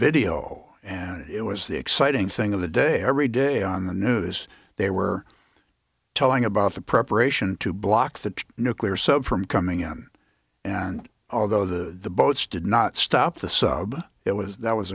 video and it was the exciting thing of the day every day on the news they were talking about the preparation to block the nuclear sub from coming on and although the boats did not stop the sub it was that was